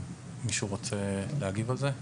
מישהו רוצה להגיב על זה?